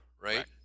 right